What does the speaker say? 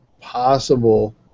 possible